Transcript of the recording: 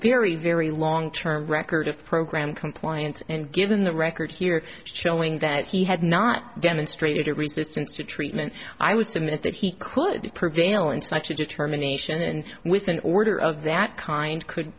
very very long term record of program compliance and given the record here showing that he had not demonstrated a resistance to treatment i would submit that he could prevail in such a determination and with an order of that kind could